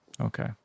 Okay